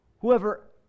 Whoever